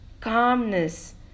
Calmness